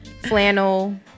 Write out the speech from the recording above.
flannel